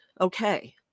okay